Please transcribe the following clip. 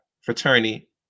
fraternity